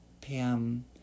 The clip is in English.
Pam